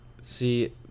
See